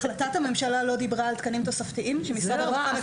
החלט ת הממשלה לא דיברה על תקנים תוספתיים שמשרד הרווחה יקבל?